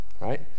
Right